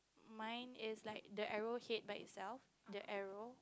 mine is like the arrow head by itself the arrow